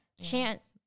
chance